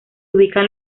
ubican